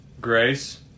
Grace